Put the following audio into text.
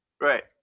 Right